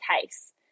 case